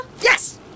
Yes